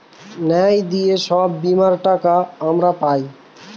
ন্যায় দিয়ে সব বীমার টাকা আমরা পায়